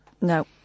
No